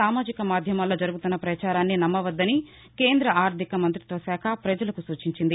సామాజిక మాద్యమాల్లో జరుగుతున్న ప్రచారాన్ని నమ్మవద్దని కేంద్ర ఆర్దిక మంతిత్వ శాఖ ప్రజలకు సూచించింది